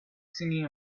singing